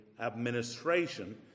administration